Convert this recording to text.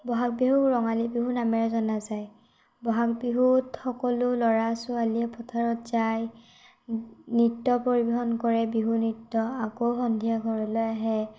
ব'হাগ বিহুক ৰঙালী বিহু নামেৰে জনা যায় ব'হাগ বিহুত সকলো ল'ৰা ছোৱালীয়ে পথাৰত যায় নৃত্য পৰিৱেশন কৰে বিহু নৃত্য আকৌ সন্ধিয়া ঘৰলৈ আহে